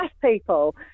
people